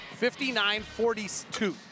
59-42